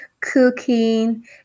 cooking